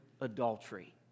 adultery